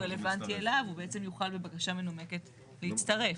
הוא בעצם יוכל בבקשה מנומקת להצטרף.